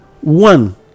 one